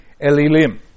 Elilim